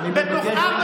תן לי.